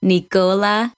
Nicola